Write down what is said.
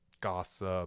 gossip